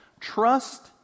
Trust